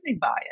bias